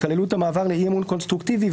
שכללו את המעבר לאי-אמון קונסטרוקטיבי,